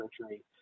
surgery